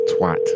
Twat